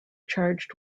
charged